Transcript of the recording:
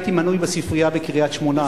הייתי מנוי בספרייה בקריית-שמונה,